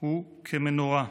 הוא כמנורה,